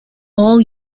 all